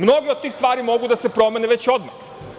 Mnoge od tih stvari mogu da se promene već odmah.